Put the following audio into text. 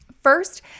First